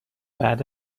بعد